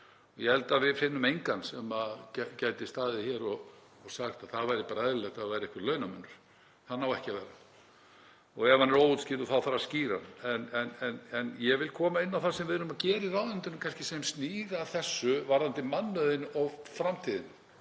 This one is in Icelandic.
Ég held að við finnum engan sem gæti staðið hér og sagt að það væri eðlilegt að það væri einhver launamunur. Hann á ekki að vera og ef hann er óútskýrður þarf að skýra hann. En ég vil koma inn á það sem við erum að gera í ráðuneytinu sem snýr að þessu varðandi mannauðinn og framtíðina,